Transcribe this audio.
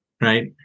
right